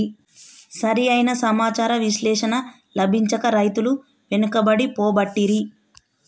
సరి అయిన సమాచార విశ్లేషణ లభించక రైతులు వెనుకబడి పోబట్టిరి